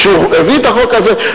כשהוא הביא החוק הזה,